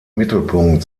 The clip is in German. mittelpunkt